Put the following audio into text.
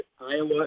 Iowa